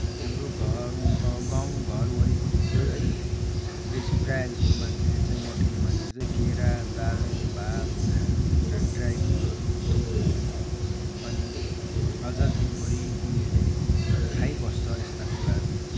हाम्रो घर गाउँघर वरिपरि चाहिँ है बेसी प्रायः जस्तो मान्छेले चाहिँ मोटिने मान्छेले चाहिँ केरा दाल भात ड्र ड्राई फ्रुटहरू दुध अनि अझै दिनभरि उनीहरूले खाइबस्छ यस्ता कुराहरू